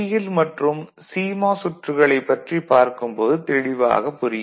L மற்றும் CMOS சுற்றுகளைப் பற்றி பார்க்கும் போது தெளிவாகப் புரியும்